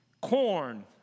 corn